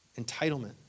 entitlement